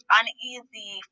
uneasy